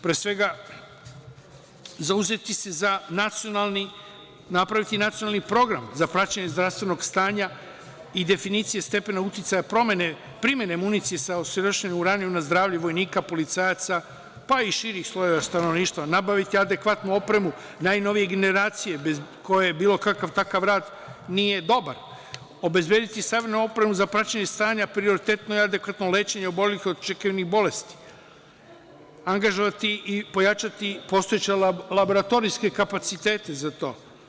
Pre svega, zauzeti se za nacionalni, napraviti nacionalni program za praćenje zdravstvenog stanja i definicije stepena uticaja primene municije sa osiromašenim uranijumom na zdravlje vojnika, policajaca, pa i širih slojeva stanovništva; nabaviti adekvatnu opremu najnovije generacije, koje bilo kakav takav rad nije dobar; obezbediti opremu za praćenje stanja prioritetno i adekvatno lečenje obolelih od očekivanih bolesti. angažovati i pojačati postojeće laboratorijske kapacitete za to.